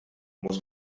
muss